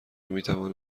میتواند